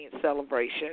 celebration